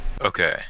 Okay